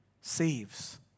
saves